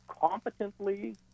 competently